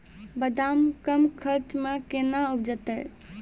बादाम कम खर्च मे कैना उपजते?